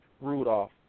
Rudolph